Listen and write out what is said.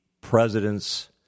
President's